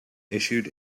issued